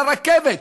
לרכבת.